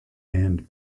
hand